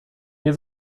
nie